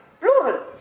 plural